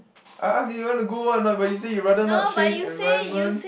I ask him to go want a not you said you rather not change environment